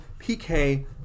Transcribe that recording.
PK